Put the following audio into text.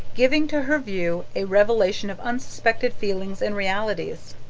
giving to her view a revelation of unsuspected feelings and realities.